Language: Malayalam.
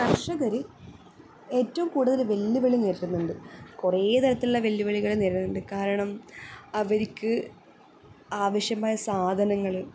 കർഷകർ ഏറ്റവും കൂടുതൽ വെല്ലുവിളി നേരിടുന്നുണ്ട് കുറേ തരത്തിലുള്ള വെല്ലുവിളികൾ നേരിടുന്നുണ്ട് കാരണം അവർക്ക് ആവശ്യമായ സാധനങ്ങൾ